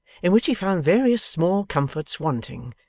in which he found various small comforts wanting,